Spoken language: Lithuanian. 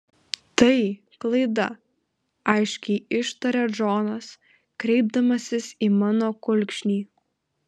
tai klaida aiškiai ištaria džonas kreipdamasis į mano kulkšnį